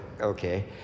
Okay